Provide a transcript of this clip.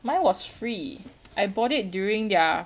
mine was free I bought it during their